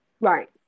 Right